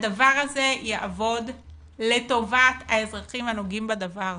הדבר הזה יעבוד לטובת האזרחים הנוגעים בדבר,